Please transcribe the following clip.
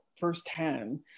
Firsthand